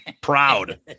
proud